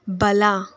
ಬಲ